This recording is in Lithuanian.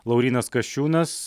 laurynas kasčiūnas